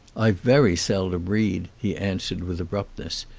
i very seldom read, he answered with abrupt ness,